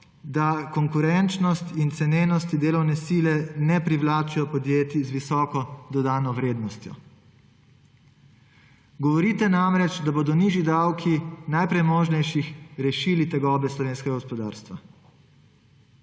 da konkurenčnost in cenenost delovne sile ne privlačita podjetij z visoko dodano vrednostjo. Govorite namreč, da bodo nižji davki najpremožnejših rešili tegobe slovenskega gospodarstva.